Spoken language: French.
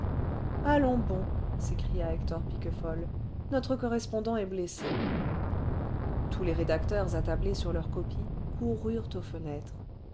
allons bon s'écria hector piquefol notre correspondant est blessé tous les rédacteurs attablés sur leur copie coururent aux fenêtres